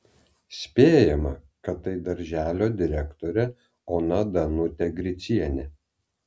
spėjama kad tai darželio direktorė ona danutė gricienė